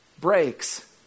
breaks